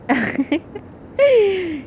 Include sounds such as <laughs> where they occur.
<laughs>